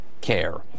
care